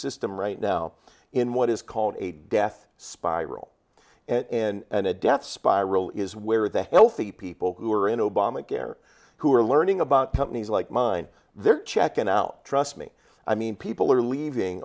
system right now in what is called a death spiral and a death spiral is where the healthy people who are in obamacare who are learning about companies like mine they're checking out trust me i mean people are leaving